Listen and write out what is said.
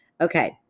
Okay